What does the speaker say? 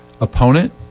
opponent